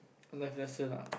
life lesson ah